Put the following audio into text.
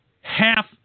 half